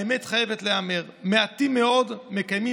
האמת חייבת להיאמר: מעטים מאוד מקיימים